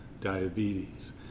diabetes